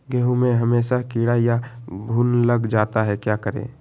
गेंहू में हमेसा कीड़ा या घुन लग जाता है क्या करें?